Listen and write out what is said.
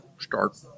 start –